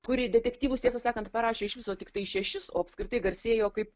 kuri detektyvus tiesą sakant parašė iš viso tiktai šešis o apskritai garsėjo kaip